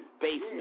Basement